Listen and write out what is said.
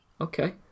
Okay